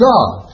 God